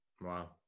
wow